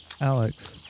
Alex